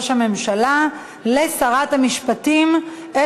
המוקנות לראש הממשלה לפי פקודת הנישואין